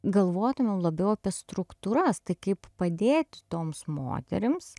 galvotumėm labiau apie struktūras tai kaip padėti toms moterims